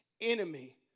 enemy